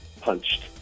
punched